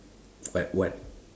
what what